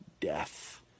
death